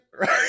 right